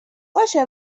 باشه